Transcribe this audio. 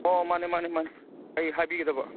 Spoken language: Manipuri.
ꯑꯣ ꯃꯥꯅꯦ ꯃꯥꯅꯦ ꯃꯥꯅꯦ ꯀꯩ ꯍꯥꯏꯕꯤꯒꯗꯕ